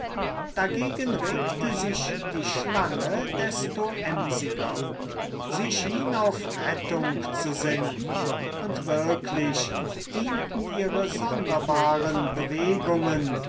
dagegen regte sich die schlange desto emsiger sie schien auf rettung zu sinnen und wirklich dienten ihre sonderbaren bewegungen